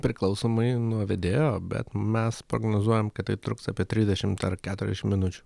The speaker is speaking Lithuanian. priklausomai nuo vedėjo bet mes prognozuojam kad tai truks apie trisdešimt ar keturiasdešim minučių